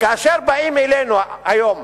כאשר באים אלינו היום